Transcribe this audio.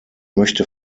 möchte